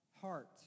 heart